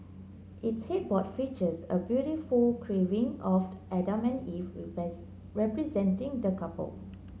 its headboard features a beautiful carving of Adam and Eve repress representing the couple